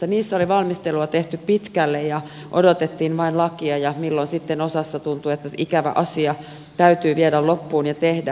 niissä oli valmistelua tehty pitkälle ja odotettiin vain lakia milloin sitten osassa tuntui että ikävä asia täytyy viedä loppuun ja tehdä